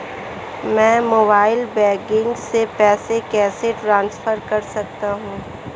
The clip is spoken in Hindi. मैं मोबाइल बैंकिंग से पैसे कैसे ट्रांसफर कर सकता हूं?